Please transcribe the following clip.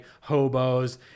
hobos